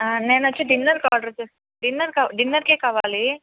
నేను వచ్చి డిన్నర్కి ఆర్డర్ చేస్తాను డిన్నర్ డిన్నర్కే కావాలి